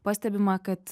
pastebima kad